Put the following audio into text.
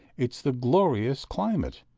it's the glorious climate.